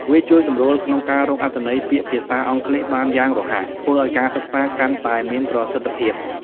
វាជួយសម្រួលក្នុងការរកអត្ថន័យពាក្យភាសាអង់គ្លេសបានយ៉ាងរហ័ស ធ្វើឱ្យការសិក្សាកាន់តែមានប្រសិទ្ធភាព។